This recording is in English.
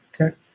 Okay